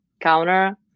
counter